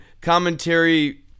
Commentary